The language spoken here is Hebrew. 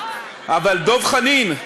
אבל, דב חנין,